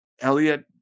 Elliot